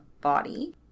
body